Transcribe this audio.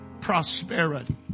prosperity